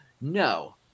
No